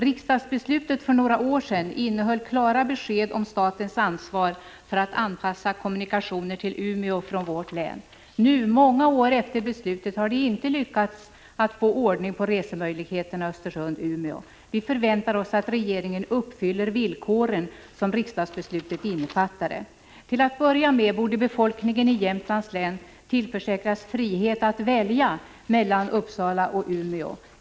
Riksdagsbeslutet för några år sedan innehöll klara besked om statens ansvar för att anpassa kommunikationer till Umeå från vårt län. Nu, många år efter beslutet, har det inte lyckats att få ordning på resemöjligheterna Östersund-Umeå. Vi förväntar oss att regeringen uppfyller villkoren som riksdagsbeslutet innefattade. Till att börja med borde befolkningen i Jämtlands län tillförsäkras frihet att välja mellan Uppsala och Umeå.